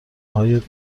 های